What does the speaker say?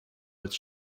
als